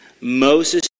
Moses